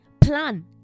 plan